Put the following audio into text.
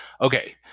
okay